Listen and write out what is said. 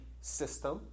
system